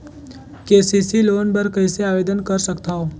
KCC loan बर कइसे आवेदन कर सकथव?